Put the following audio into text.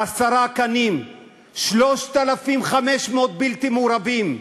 עשרה קנים, 3,500 בלתי מעורבים.